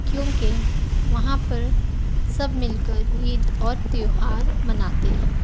کیونکہ وہاں پر سب مل کر عید اور تیوہار مناتے ہیں